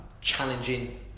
challenging